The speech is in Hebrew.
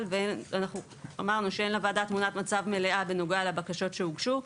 ואין לוועדה תמונת מצב מלאה בנוגע לבקשות שהוגשו.